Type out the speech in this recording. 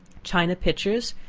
china pitchers,